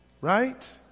right